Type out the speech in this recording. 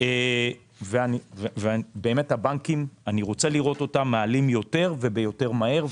אני רוצה לראות את הבנקים מעלים יותר ויותר מהר,